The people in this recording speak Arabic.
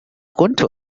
كنت